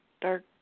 Dark